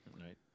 Right